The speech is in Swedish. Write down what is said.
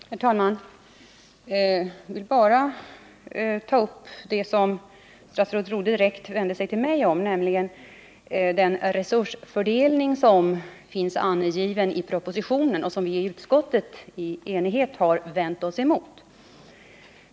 Herr talman! Jag tänker bara ta upp det som statsrådet Rodhe direkt vände sig till mig om, nämligen den resursfördelning som finns angiven i propositionen och som vi i utskottet i enighet har vänt oss emot.